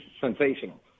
sensational